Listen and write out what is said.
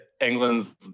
England's